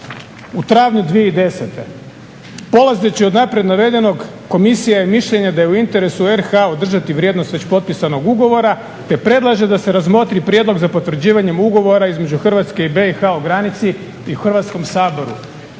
u travnju 2010. polazeći od naprijed navedenog Komisija je mišljenja da je u interesu RH održati vrijednost već potpisanog ugovora, te predlaže da se razmotri prijedlog za potvrđivanjem ugovora između Hrvatske i BiH o granici i u Hrvatskom saboru.